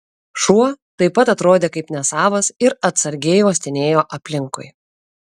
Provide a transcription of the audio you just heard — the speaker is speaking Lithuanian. šuo taip pat atrodė kaip nesavas ir atsargiai uostinėjo aplinkui